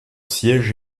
siège